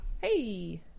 Hey